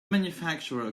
manufacturer